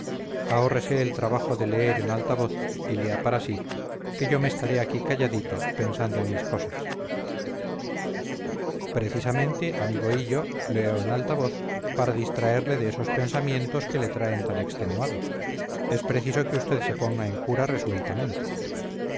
ahórrese el trabajo de leer en alta voz y lea para sí que yo me estaré aquí calladito pensando en mis cosas precisamente amigo hillo leo en alta voz para distraerle de esos pensamientos que le traen tan extenuado es preciso que usted se ponga en cura resueltamente